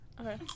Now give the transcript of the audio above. Okay